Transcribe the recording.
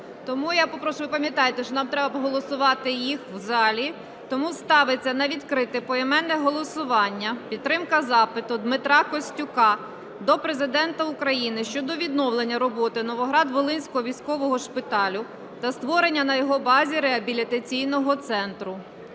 Тому я попрошу... Ви пам'ятаєте, що нам треба голосувати їх в залі. Тому ставиться на відкрите поіменне голосування підтримка запиту Дмитра Костюка до Президента України щодо відновлення роботи Новоград-Волинського військового шпиталю та створення на його базі реабілітаційного центру.